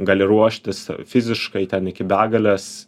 gali ruoštis fiziškai ten iki begalės